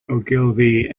ogilvy